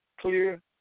clear